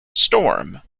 storm